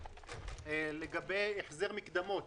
לגבי החזר מקדמות